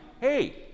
hey